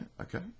okay